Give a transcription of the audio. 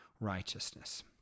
righteousness